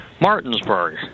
Martinsburg